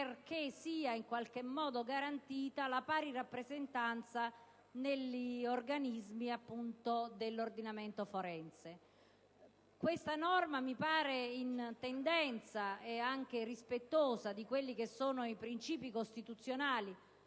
perché sia, in qualche modo, garantita la pari rappresentatività negli organismi dell'ordinamento forense. Questa norma mi sembra sia in tendenza e anche rispettosa dei principi costituzionali.